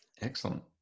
Excellent